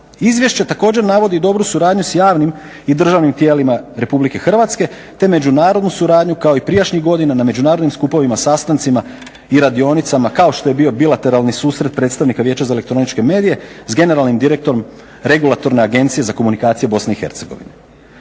Izvješće također navodi dobru suradnju s javnim i državnim tijelima RH te međunarodnu suradnju kao i prijašnjim godinama na međunarodnim skupovima, sastancima i radionicama kao što je bio bilateralni susret predstavnika Vijeća za elektroničke medije s generalnim direktorom regulatorne agencije za komunikacije BIH.